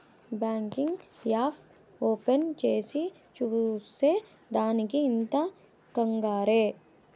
banking app open చేసి చూసే దానికి ఇంత కంగారే